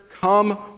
come